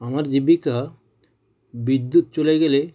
আমার জীবিকা বিদ্যুৎ চলে গেলে